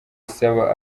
isaba